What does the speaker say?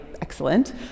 excellent